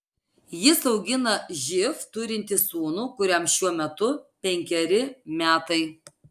jis augina živ turintį sūnų kuriam šiuo metu penkeri metai